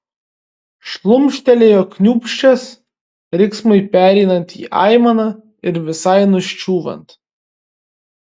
šlumštelėjo kniūbsčias riksmui pereinant į aimaną ir visai nuščiūvant